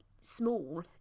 small